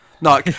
No